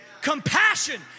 compassion